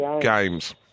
games